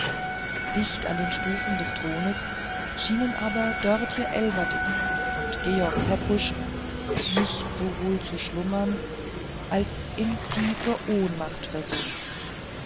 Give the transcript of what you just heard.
dicht an den stufen des thrones schienen aber dörtje elverdink und george pepusch nicht sowohl zu schlummern als in tiefe ohnmacht versunken